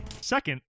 Second